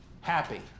happy